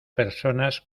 personas